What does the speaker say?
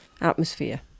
atmosphere